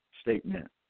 statement